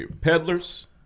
Peddlers